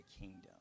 kingdom